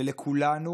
ולכולנו